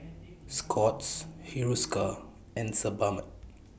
Scott's Hiruscar and Sebamed